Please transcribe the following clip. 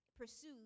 pursue